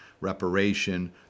reparation